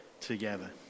together